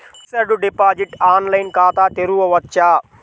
Fixed deposit online ఖాతా తెరువవచ్చా?